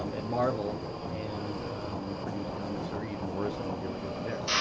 um and marvel and produced comics are even worse than what they were doing there.